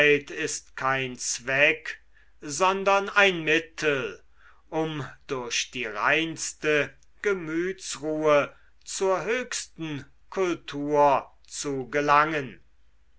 ist kein zweck sondern ein mittel um durch die reinste gemütsruhe zur höchsten kultur zu gelangen